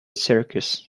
circus